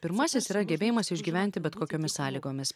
pirmasis yra gebėjimas išgyventi bet kokiomis sąlygomis